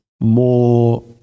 more